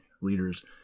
leaders